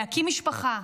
להקים משפחה,